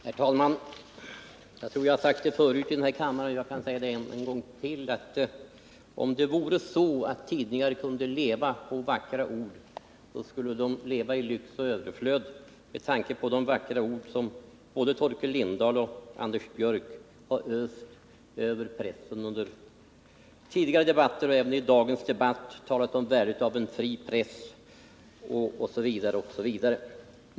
Herr talman! Jag tror att jag har sagt det förut, och jag kan säga det en gång till: Om det vore så att tidningar kunde leva på vackra ord, så skulle de leva i lyx och överflöd på de vackra ord som både Torkel Lindahl och Anders Björck har öst över pressen under tidigare debatter och även i dagens debatt; de har talat om värdet av en fri press, osv.